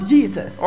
Jesus